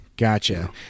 Gotcha